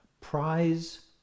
prize